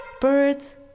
birds